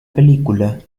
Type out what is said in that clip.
película